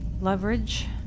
Leverage